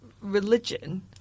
religion